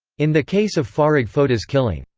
in the case of farag foda's killing,